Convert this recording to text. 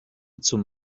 zum